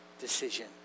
decision